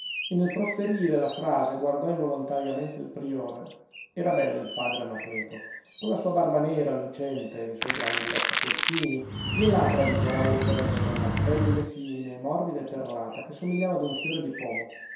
e nel profferire la frase guardò involontariamente il priore era bello il padre anacleto con la sua barba nera e lucente i suoi grandi occhi turchini le labbra di corallo tenero e la pelle fine morbida e perlata che somigliava ad un fiore di pomo